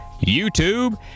YouTube